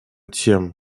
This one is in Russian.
тем